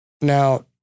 Now